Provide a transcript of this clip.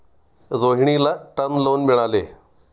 रोहिणीला term loan मिळाले